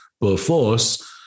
Perforce